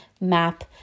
map